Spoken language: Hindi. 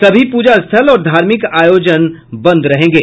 सभी पूजा स्थल और धार्मिक आयोजन भी बंद रहेंगे